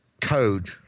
code